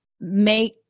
make